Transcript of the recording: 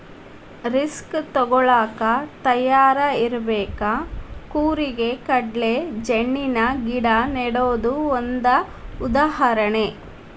risk ತುಗೋಳಾಕ ತಯಾರ ಇರಬೇಕ, ಕೂರಿಗೆ ಗಟ್ಲೆ ಜಣ್ಣಿನ ಗಿಡಾ ನೆಡುದು ಒಂದ ಉದಾಹರಣೆ